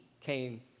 came